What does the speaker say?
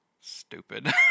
stupid